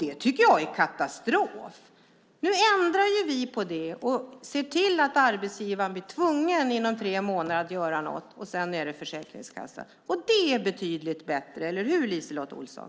Det tycker jag är katastrof. Nu ändrar vi på det och ser till att arbetsgivaren blir tvungen att göra någonting inom tre månader, och sedan blir det Försäkringskassan som får göra det. Det är betydligt bättre, eller hur LiseLotte Olsson?